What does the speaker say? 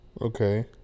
Okay